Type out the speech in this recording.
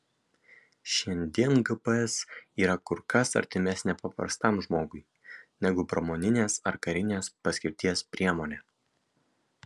šiandien gps yra kur kas artimesnė paprastam žmogui negu pramoninės ar karinės paskirties priemonė